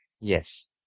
Yes